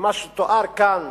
ומה שתואר כאן